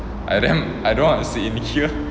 I damn I don't I don't want to sit in here